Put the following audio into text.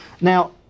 Now